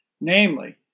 Namely